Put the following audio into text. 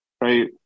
right